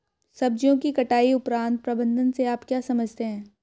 सब्जियों की कटाई उपरांत प्रबंधन से आप क्या समझते हैं?